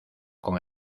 con